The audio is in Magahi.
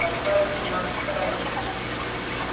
पैसा भी लगतय?